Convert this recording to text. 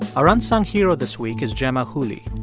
our unsung hero this week is gemma hooley.